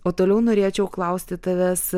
o toliau norėčiau klausti tavęs